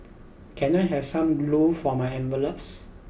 can I have some glue for my envelopes